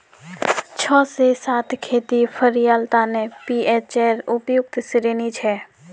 छह से सात खेत फलियार तने पीएचेर उपयुक्त श्रेणी छे